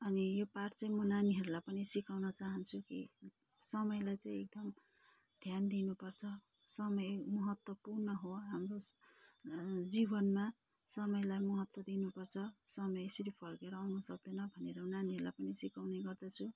अनि यो पाठ चाहिँ म नानीहरूलाई पनि सिकाउन चाहन्छु कि समयलाई चाहिँ एकदम ध्यान दिनु पर्छ समय महत्त्वपूर्ण हो हाम्रो जीवनमा समयलाई महत्त्व दिनु पर्छ समय यसरी फर्केर आउनु सक्दैन भनेर नानीहरूलाई पनि सिकाउने गर्दछु